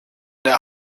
der